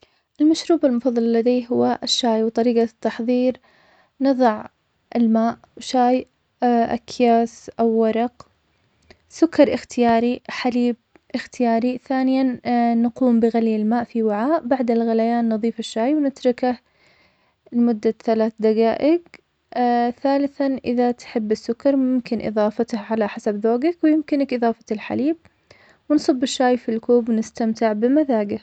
المشروب المفضل هو الشاي, وطريقة التحضير, نضع الماء وشاي أكياس أو ورق, سكر إختياري, حليب إختياري, ثانياً, نقوم بغلي الماء في وعاء, بعد الغليان نضيف الشاي ونتركه لمدة ثلاث دقائق, ثالثاً إذا تحب السكر ممكن إضافته على حسب ذوقك, ويمكنك إضافة الحليب, ونصب الشاي في الكوب, ونستمتع بمذاقه.